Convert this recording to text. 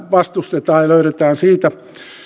vastustetaan ja löydetään siitä